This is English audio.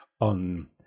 on